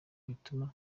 bituma